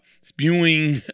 spewing